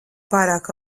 pārāk